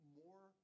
more